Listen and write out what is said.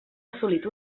assolit